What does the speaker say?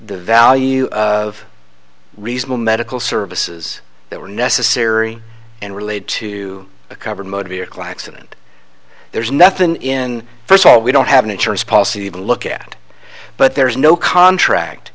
the value of reasonable medical services that were necessary and relate to a covered motor vehicle accident there's nothing in first of all we don't have an insurance policy to look at but there's no contract